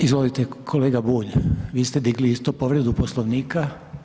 Izvolite kolega Bulj, vi ste digli isto povredu Poslovnika?